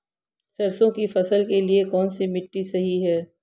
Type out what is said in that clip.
सरसों की फसल के लिए कौनसी मिट्टी सही हैं?